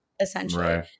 essentially